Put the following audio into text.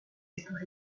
décorés